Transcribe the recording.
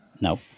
No